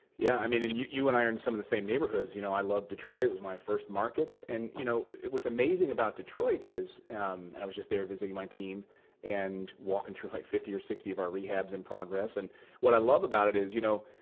yeah, i mean, and you you and i are in some of the same neighborhoods. you know i love detroit. it was my first markets. and you know, what's amazing about detroit is and i was just there visiting my team and walking through like fifty or sixty of our rehabs in progress. and what i love about it is, you know,